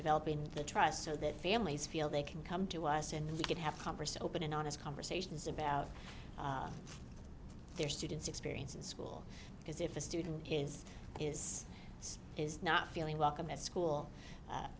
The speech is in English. developing the trust so that families feel they can come to us and we could have converse open and honest conversations about their students experience in school because if a student kids is is not feeling welcome at school